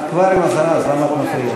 את כבר עם אזהרה, אז למה את מפריעה?